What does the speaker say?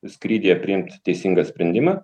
skrydyje priimt teisingą sprendimą